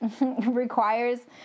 Requires